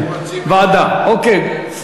ועדה, אוקיי.